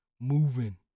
moving